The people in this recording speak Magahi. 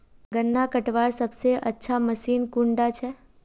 गन्ना कटवार सबसे अच्छा मशीन कुन डा छे?